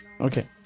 Okay